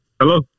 Hello